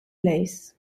lace